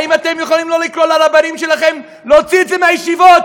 האם אתם יכולים לא לקרוא לרבנים שלכם להוציא את זה מהישיבות?